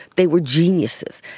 they were geniuses.